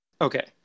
Okay